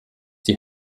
die